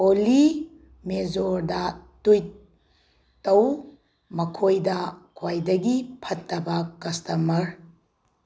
ꯑꯣꯂꯤ ꯃꯦꯖꯣꯔꯗ ꯇ꯭ꯋꯤꯠ ꯇꯧ ꯃꯈꯣꯏꯗ ꯈ꯭ꯋꯥꯏꯗꯒꯤ ꯐꯠꯇꯕ ꯀꯁꯇꯃꯔ